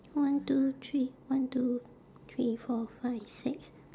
one two three one two three four five six